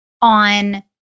on